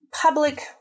public